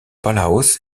palaos